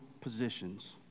positions